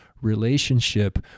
relationship